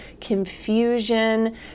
confusion